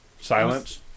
Silence